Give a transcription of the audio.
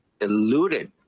eluded